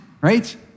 right